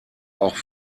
auch